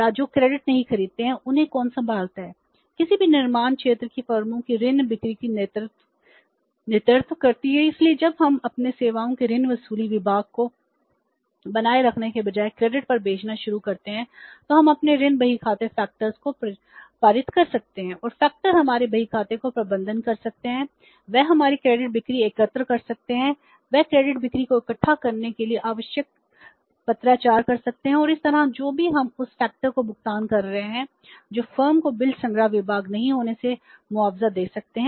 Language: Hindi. और निर्माण क्षेत्र की फर्में धन के इस विशेष स्रोत का उपयोग कैसे कर सकती हैं मैंने कभी कभी उन फैक्टर को पारित कर सकते हैं